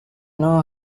know